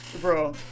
Bro